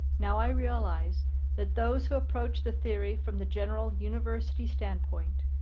now i realize that those who approach the theory from the general university standpoint,